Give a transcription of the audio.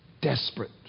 desperate